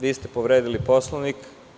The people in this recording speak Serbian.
Vi ste povredili Poslovnik.